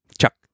Chuck